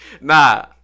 Nah